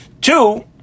Two